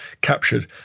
captured